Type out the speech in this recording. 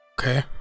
Okay